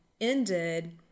ended